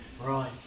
Right